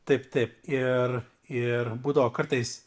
taip taip ir ir būdavo kartais